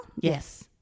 Yes